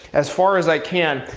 as far as i can.